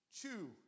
chew